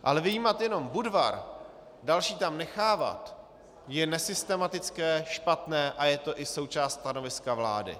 Ale vyjímat jenom Budvar, další tam nechávat, je nesystematické, špatné a je to i součást stanoviska vlády.